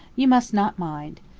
you must not mind.